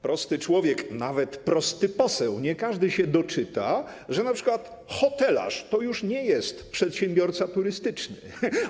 Prosty człowiek, nawet prosty poseł - nie każdy się doczyta, że np. hotelarz to już nie jest przedsiębiorca turystyczny.